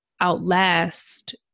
outlast